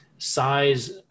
size